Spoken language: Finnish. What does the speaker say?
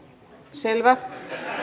selvä